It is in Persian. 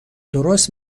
درست